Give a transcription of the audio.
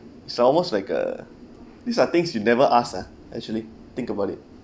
it's almost like uh these are things you never ask ah actually think about it